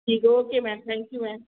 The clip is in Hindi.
ठीक है okay ma'am thank you ma'am